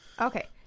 Okay